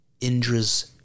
Indra's